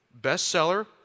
bestseller